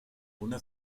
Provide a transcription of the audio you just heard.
una